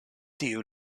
tiu